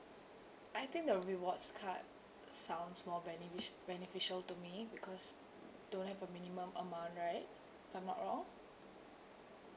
I think the rewards card sounds more benefic~ beneficial to me because don't have a minimum amount right I'm not wrong